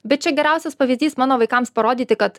bet čia geriausias pavyzdys mano vaikams parodyti kad